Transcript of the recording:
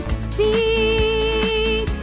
speak